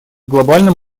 глобальном